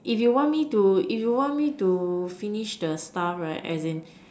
if you want me to if you want me to finish the stuff right and then